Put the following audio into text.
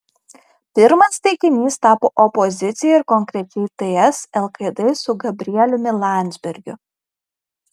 pirmas taikinys tapo opozicija ir konkrečiai ts lkd su gabrieliumi landsbergiu